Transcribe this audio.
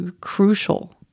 crucial